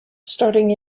starting